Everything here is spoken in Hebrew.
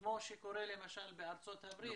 כמו שקורה למשל בארצות הברית,